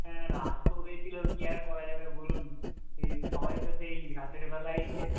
হ্যাঁ রাত তো হয়েছিল কী আর করা যাবে বলুন সেই সবাই তো সেই রাতেরবেলাই এসে